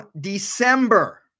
December